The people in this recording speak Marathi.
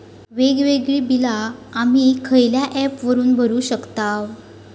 वेगवेगळी बिला आम्ही खयल्या ऍपने भरू शकताव?